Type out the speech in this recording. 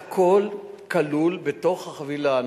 הכול כלול בתוך החבילה.